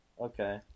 Okay